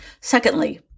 Secondly